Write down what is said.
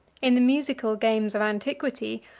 in the musical games of antiquity,